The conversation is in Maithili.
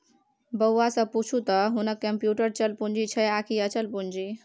बौआ सँ पुछू त हुनक कम्युटर चल पूंजी छै आकि अचल पूंजी